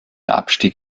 abstieg